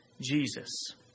Jesus